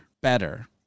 better